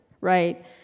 right